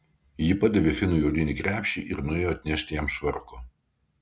ji padavė finui odinį krepšį ir nuėjo atnešti jam švarko